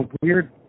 weird